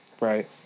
Right